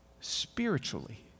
Spiritually